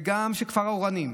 וגם של כפר אורנים,